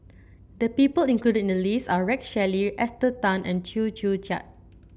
the people included in the list are Rex Shelley Esther Tan and Chew Joo Chiat